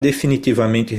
definitivamente